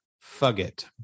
Fugit